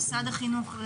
למשרד החינוך,